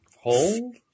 Hold